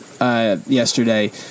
Yesterday